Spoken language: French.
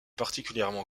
particulièrement